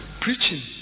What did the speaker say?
Preaching